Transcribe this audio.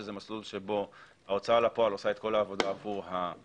שזה מסלול שבו ההוצאה לפועל עושה את כל העבודה עבור הנושה,